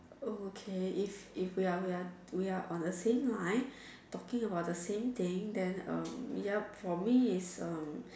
oh okay if if we are we are we are on the same line talking about the same thing then um ya for me it's uh